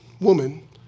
woman